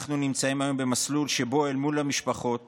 אנחנו נמצאים היום במסלול שבו אל מול המשפחות